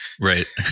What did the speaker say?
Right